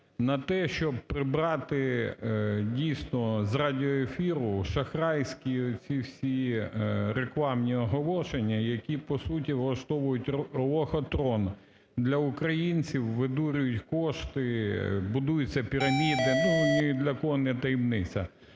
на те, щоб прибрати, дійсно, з радіоефіру шахрайські оці всі рекламні оголошення, які по суті влаштовують лохотрон для українців, видурюють кошти, будуються піраміди. Ну, ні для кого не таємниця.